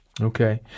Okay